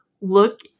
look